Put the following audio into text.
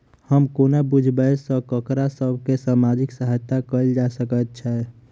हम कोना बुझबै सँ ककरा सभ केँ सामाजिक सहायता कैल जा सकैत छै?